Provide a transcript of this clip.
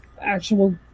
actual